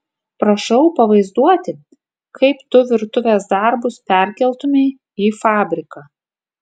prašau pavaizduoti kaip tu virtuvės darbus perkeltumei į fabriką